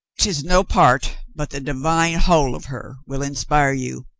tis no part, but the divine whole of her will in spire you.